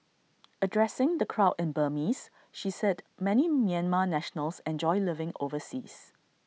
addressing the crowd in Burmese she said many Myanmar nationals enjoy living overseas